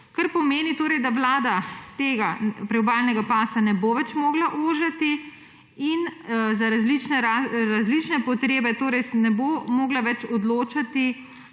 kar pomeni, da Vlada tega priobalnega pasa ne bo več mogla ožiti in za različne potrebe torej ne bo mogla več odločati,